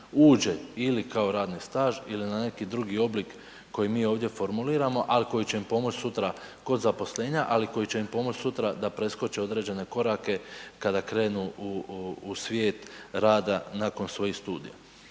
uđe ili kao radni staž ili na neki drugi oblik koji mi ovdje formuliramo al koji će im pomoći sutra kod zaposlenja, ali koji će im pomoći sutra da preskoče određene korake kada krenu u svijet rada nakon svojih studija.